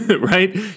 right